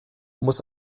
muss